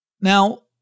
Now